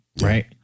Right